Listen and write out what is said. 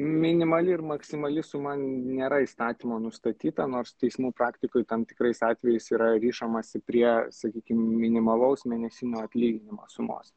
minimali ir maksimali suma nėra įstatymo nustatyta nors teismų praktikoj tam tikrais atvejais yra rišamasi prie sakykim minimalaus mėnesinio atlyginimo sumos